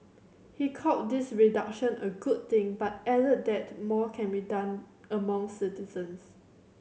he called this reduction a good thing but added that more can be done among citizens